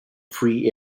free